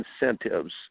incentives